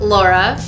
Laura